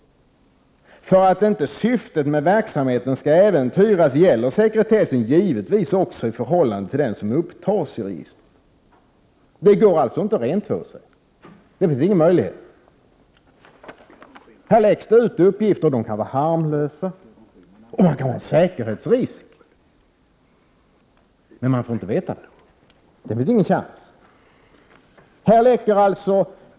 För att syftet med verksamheten inte skall äventyras gäller sekretessen givetvis också i förhållande till den som upptas i registret. Det går alltså inte att rentvå sig. Det finns ingen möjlighet till det. Det läcks ut uppgifter, som kan vara harmlösa men som kan innebära att man misstänks vara en säkerhetsrisk. Men man får inte veta det; det finns ingen möjlighet till det.